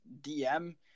DM